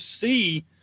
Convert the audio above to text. see